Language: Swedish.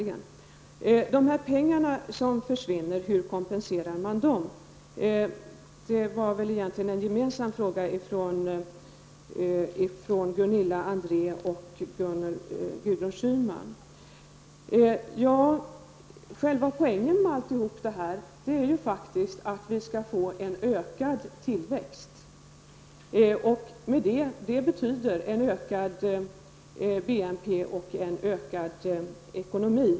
Gunilla André och Gudrun Schyman frågade hur de pengar som försvinner kompenseras. Själva poängen med allt detta är faktiskt att vi skall få en ökad tillväxt. Det betyder en ökad BNP och en förbättrad ekonomi.